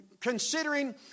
considering